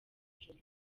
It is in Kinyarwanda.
nijoro